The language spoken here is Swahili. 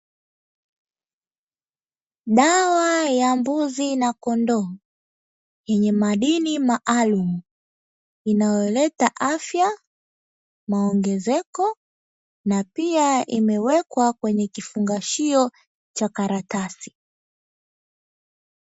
Dawa ya mbuzi na kondoo yenye madini maalumu, inayoleta afya, maongezeko na pia imewekwa kwenye kifungashio cha karatasi.